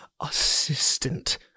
assistant